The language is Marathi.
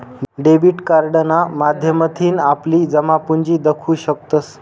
डेबिट कार्डना माध्यमथीन आपली जमापुंजी दखु शकतंस